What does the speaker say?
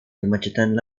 kemacetan